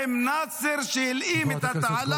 אתה --- איך אתה יכול לעמוד להגיד את זה?